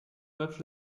note